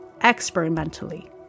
experimentally